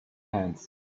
hands